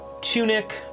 tunic